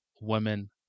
women